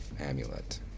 amulet